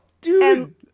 Dude